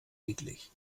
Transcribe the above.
eklig